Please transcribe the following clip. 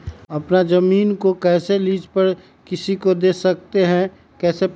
अपना जमीन को कैसे लीज पर किसी को दे सकते है कैसे पता करें?